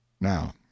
Now